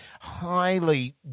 highly